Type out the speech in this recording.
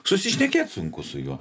susišnekėt sunku su juo